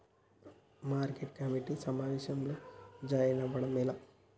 Market committee సమావేశంలో join అవ్వడం ఎలా?